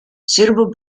suitable